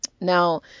Now